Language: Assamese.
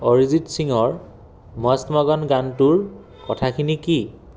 অৰিজিত সিঙৰ মষ্ট মগন গানটোৰ কথাখিনি কি